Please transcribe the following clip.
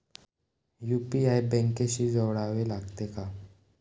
UPI बँकेशी जोडावे लागते का?